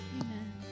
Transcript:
Amen